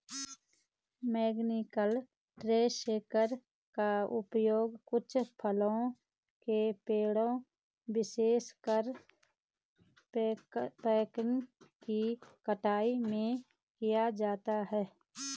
mechanical tree shaker का उपयोग कुछ फलों के पेड़ों, विशेषकर पेकान की कटाई में किया जाता है